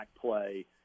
play